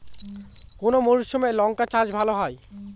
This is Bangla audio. কোন মরশুমে লঙ্কা চাষ ভালো হয়?